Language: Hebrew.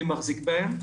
מי מחזיק בהם.